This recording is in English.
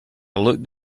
looked